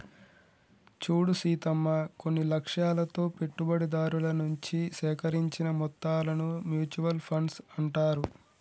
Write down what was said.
చూడు సీతమ్మ కొన్ని లక్ష్యాలతో పెట్టుబడిదారుల నుంచి సేకరించిన మొత్తాలను మ్యూచువల్ ఫండ్స్ అంటారు